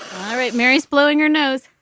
all right mary's blowing your nose